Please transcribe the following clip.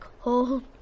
Cold